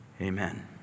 amen